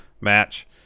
match